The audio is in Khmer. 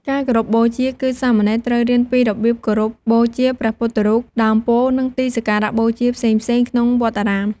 ការគោរពបូជា គឺសាមណេរត្រូវរៀនពីរបៀបគោរពបូជាព្រះពុទ្ធរូប ដើមពោធិ៍ និងទីសក្ការៈបូជាផ្សេងៗក្នុងវត្តអារាម។